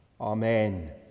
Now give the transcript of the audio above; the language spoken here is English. Amen